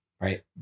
right